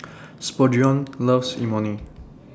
Spurgeon loves Imoni